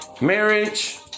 marriage